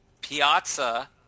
Piazza